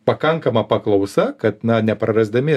pakankama paklausa kad na neprarasdami